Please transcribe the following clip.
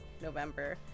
november